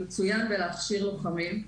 מצוין בלהכשיר לוחמים,